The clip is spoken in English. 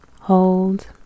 Hold